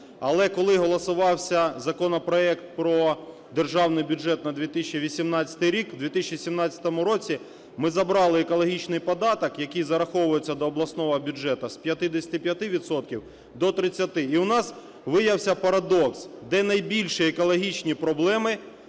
Але, коли голосувався законопроект про Державний бюджет на 2018 рік, в 2017 році ми забрали екологічний податок, який зараховується до обласного бюджету, з 55 відсотків до 30. І у нас виявився парадокс, де на найбільші екологічні проблеми